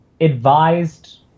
advised